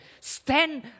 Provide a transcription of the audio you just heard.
Stand